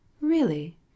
Really